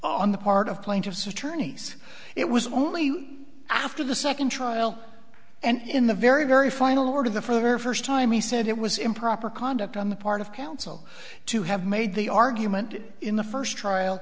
on the part of plaintiff's attorneys it was only after the second trial and in the very very final order the for first time he said it was improper conduct on the part of counsel to have made the argument in the first trial